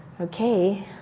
okay